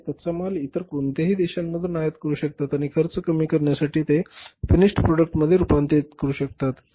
ते कच्चा माल इतर कोणत्याही देशामधून आयात करू शकतात आणि खर्च कमी करण्यासाठी ते फिनिशड प्रॉडक्ट मध्ये रूपांतरित करू शकतात